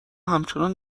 همچنان